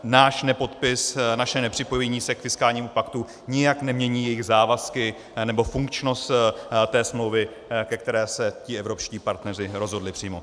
Náš nepodpis, naše nepřipojení se k fiskálnímu paktu nijak nemění jejich závazky nebo funkčnost té smlouvy, ke které se evropští partneři rozhodli přímo.